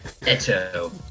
Eto